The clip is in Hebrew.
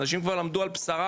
אנשים כבר למדו על בשרם,